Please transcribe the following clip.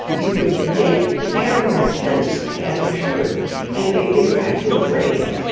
you could make the pear more intense by adding sugar and they interact in the brain.